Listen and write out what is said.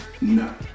No